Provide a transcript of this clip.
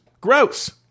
gross